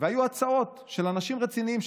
והיו הצעות של אנשים רציניים,